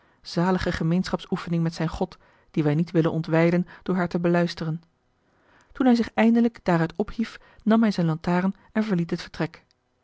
zalige gemeenschapsoefening met zijn god die wij niet willen ontwijken door haar te beluisteren toen hij zich eindelijk daaruit ophief nam hij zijne lantaarn en verliet het vertrek